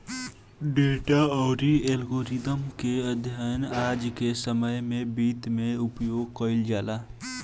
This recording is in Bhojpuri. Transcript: डेटा अउरी एल्गोरिदम के अध्ययन आज के समय में वित्त में उपयोग कईल जाला